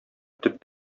төп